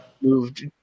Moved